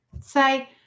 say